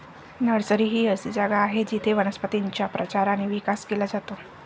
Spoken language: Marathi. नर्सरी ही अशी जागा आहे जिथे वनस्पतींचा प्रचार आणि विकास केला जातो